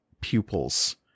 pupils